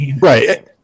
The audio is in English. Right